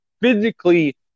physically